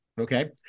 Okay